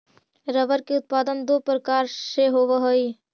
rubber के उत्पादन दो प्रकार से होवऽ हई